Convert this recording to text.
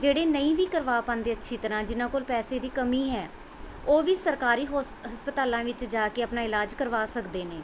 ਜਿਹੜੇ ਨਹੀਂ ਵੀ ਕਰਵਾ ਪਾਉਂਦੇ ਅੱਛੀ ਤਰ੍ਹਾਂ ਜਿਨ੍ਹਾਂ ਕੋਲ ਪੈਸੇ ਦੀ ਕਮੀ ਹੈ ਉਹ ਵੀ ਸਰਕਾਰੀ ਹੋਸ ਹਸਪਤਾਲਾਂ ਵਿੱਚ ਜਾ ਕੇ ਆਪਣਾ ਇਲਾਜ ਕਰਵਾ ਸਕਦੇ ਨੇ